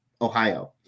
Ohio